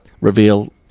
reveal